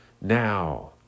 Now